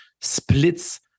splits